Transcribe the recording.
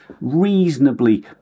reasonably